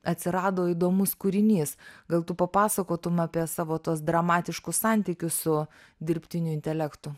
atsirado įdomus kūrinys gal tu papasakotum apie savo tuos dramatiškus santykius su dirbtiniu intelektu